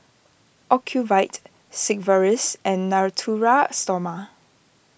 Ocuvite Sigvaris and Natura Stoma